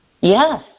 Yes